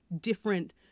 different